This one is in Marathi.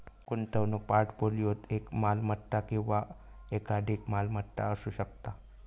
गुंतवणूक पोर्टफोलिओत एक मालमत्ता किंवा एकाधिक मालमत्ता असू शकता